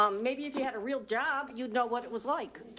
um maybe if you had a real job, you know what it was like.